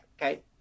okay